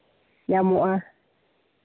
ᱧᱟᱢᱚᱜᱼᱟ